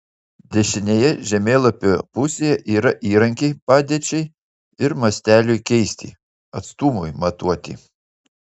dešinėje žemėlapio pusėje yra įrankiai padėčiai ir masteliui keisti atstumui matuoti